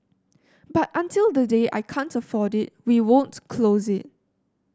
but until the day I can't afford it we won't close it